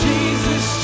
Jesus